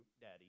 Daddy